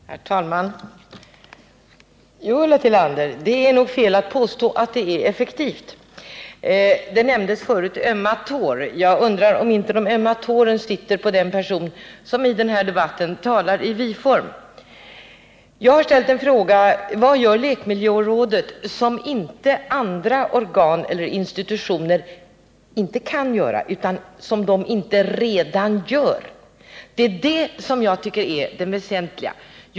Herr talman! Jo, Ulla Tillander, det är nog fel att påstå att det är effektivt. Det talades förut om ömma tår. Jag undrar om inte de ömma tårna sitter på den person som i den här debatten talar i vi-form. Jag har ställt frågan: Vad gör lekmiljörådet som andra organ eller institutioner inte kan göra eller som de inte redan gör? Det är det som jag tycker är det väsentliga.